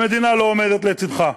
המדינה לא עומדת לצדך.